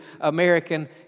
American